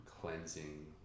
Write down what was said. cleansing